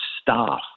staff